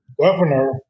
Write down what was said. governor